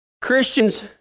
Christians